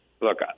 Look